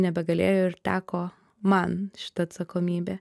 nebegalėjo ir teko man šita atsakomybė